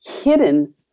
hidden